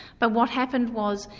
but what happened was,